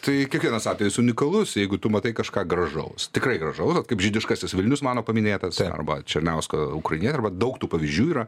tai kiekvienas atvejis unikalus jeigu tu matai kažką gražaus tikrai gražaus vat kaip žydiškasis vilnius mano paminėtas arba černiausko ukrainietė arba daug tų pavyzdžių yra